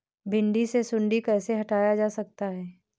भिंडी से सुंडी कैसे हटाया जा सकता है?